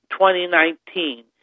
2019